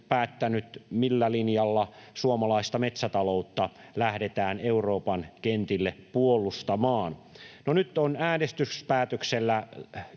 millä linjalla suomalaista metsätaloutta lähdetään Euroopan kentille puolustamaan. No nyt on äänestyspäätöksellä